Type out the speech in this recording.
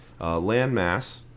landmass